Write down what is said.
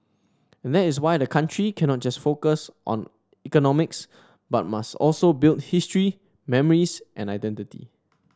and that is why the country cannot just focus on economics but must also build history memories and identity